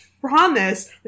promise